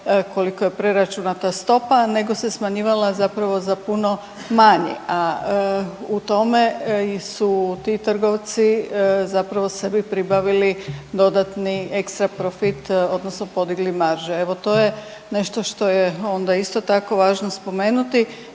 koliko je preračunata stopa nego se smanjivala zapravo za puno manje. A u tome su ti trgovci zapravo sebi pribavili dodatni ekstra profit odnosno podigli marže. Evo to je nešto što je onda isto tako spomenuti